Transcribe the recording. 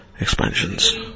expansions